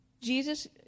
Jesus